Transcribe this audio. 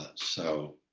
ah so